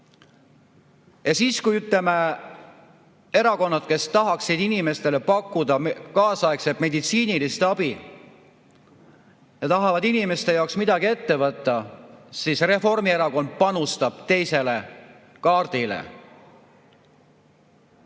Ja kui, ütleme, erakonnad, kes tahaksid inimestele pakkuda kaasaegset meditsiinilist abi ja tahaksid inimeste jaoks midagi ette võtta, siis Reformierakond panustab teisele kaardile.